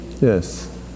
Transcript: Yes